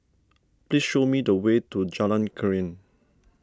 please show me the way to Jalan Krian